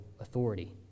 authority